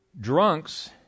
Drunks